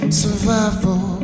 survival